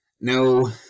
no